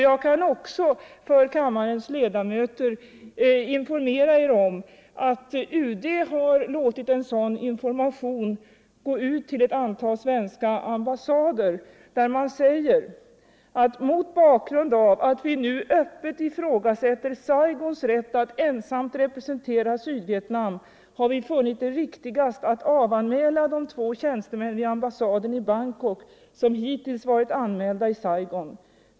Jag kan tala om för kammarens ledamöter att UD har låtit information gå ut till ett antal svenska ambassader där det sägs, att mot bakgrund av att vi nu öppet ifrågasätter Saigons rätt att ensamt representera Sydvietnam har vi funnit det riktigast att avanmäla de två tjänstemän vid ambassaden i Bangkok som hittills varit anmälda i Saigon.